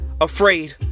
afraid